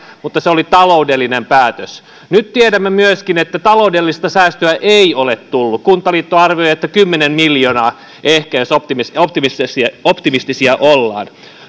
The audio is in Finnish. mutta se oli taloudellinen päätös nyt tiedämme myöskin että taloudellista säästöä ei ole tullut kuntaliitto arvioi että kymmenen miljoonaa ehkä jos optimistisia optimistisia ollaan